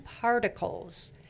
particles